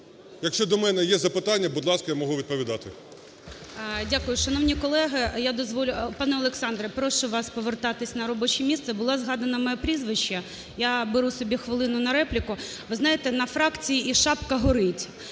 Якщо до мене є запитання, будь ласка, я можу відповідати.